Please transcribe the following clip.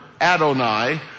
Adonai